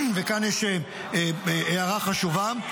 וכאן יש הערה חשובה,